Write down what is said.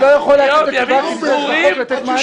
הוא לא יכול לעכב את התשובה כי הוא נדרש בחוק לתת מענה.